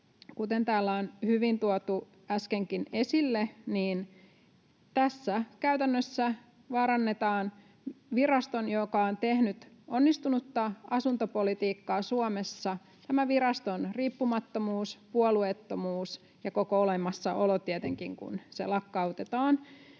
kuten täällä on hyvin tuotu äskenkin esille, niin tässä käytännössä vaarannetaan viraston — joka on tehnyt onnistunutta asuntopolitiikkaa Suomessa — riippumattomuus, puolueettomuus ja koko olemassaolo tietenkin, kun se lakkautetaan.